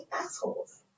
assholes